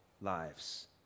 lives